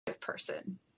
person